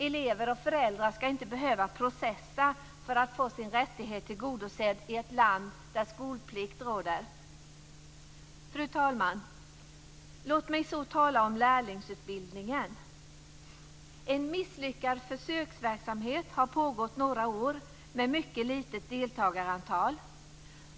Elever och föräldrar ska inte behöva processa för att få sin rätt tillgodosedd i ett land där skolplikt råder. Fru talman! Låt mig så tala om lärlingsutbildningen. En misslyckad försöksverksamhet har pågått några år med ett mycket litet deltagarantal.